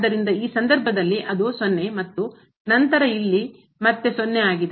ಆದ್ದರಿಂದ ಈ ಸಂದರ್ಭದಲ್ಲಿ ಅದು 0 ಮತ್ತು ನಂತರ ಇಲ್ಲಿ ಮತ್ತೆ 0 ಆಗಿದೆ